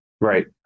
Right